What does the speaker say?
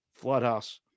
Floodhouse